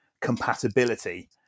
compatibility